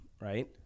right